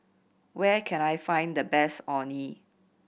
where can I find the best Orh Nee